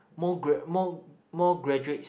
more grad more more graduates